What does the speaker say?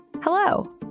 Hello